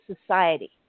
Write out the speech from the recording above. society